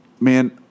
man